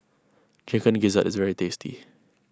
Chicken Gizzard is very tasty